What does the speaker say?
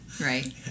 Right